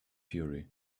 fury